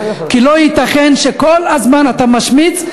כי לא ייתכן שכל הזמן אתה משמיץ.